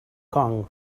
kong